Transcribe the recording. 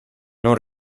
non